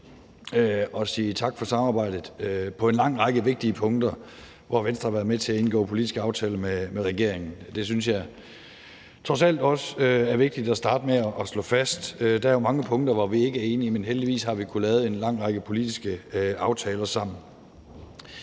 at sige tak for samarbejdet på en lang række vigtige punkter, hvor Venstre har været med til at indgå politiske aftaler med regeringen. Det synes jeg trods alt også er vigtigt at starte med at slå fast. Der er jo mange punkter, hvor vi ikke er enige, men heldigvis har vi kunnet lave en lang række politiske aftaler sammen.